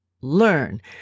learn